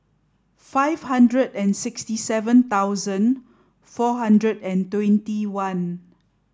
five hundred and sixty seven thousand four hundred and twenty one